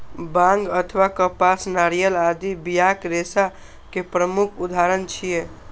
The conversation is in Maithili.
बांग अथवा कपास, नारियल आदि बियाक रेशा के प्रमुख उदाहरण छियै